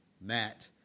Matt